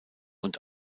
und